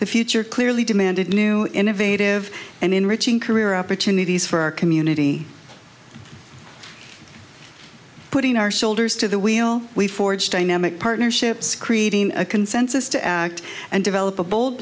the future clearly demanded new innovative and enriching career opportunities for our community putting our shoulders to the wheel we forge dynamic partnerships creating a consensus to act and develop a bold